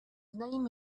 name